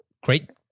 great